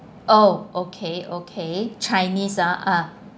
oh okay okay chinese ah ah